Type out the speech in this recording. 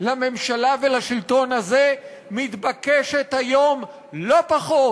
לממשלה ולשלטון הזה מתבקשות היום לא פחות,